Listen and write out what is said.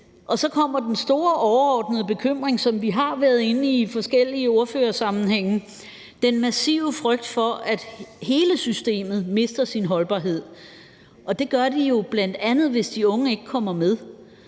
Så kommer den store, overordnede bekymring, som vi i forskellige ordførersammenhænge har været inde på, nemlig den massive frygt for, at hele systemet mister sin holdbarhed, og det gør det jo bl.a., hvis de unge ikke kommer med.